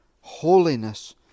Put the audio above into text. holiness